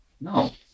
No